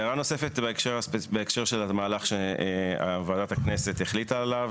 הערה נוספת בהקשר של המהלך שוועדת הכנסת החליטה עליו.